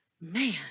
man